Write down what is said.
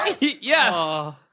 Yes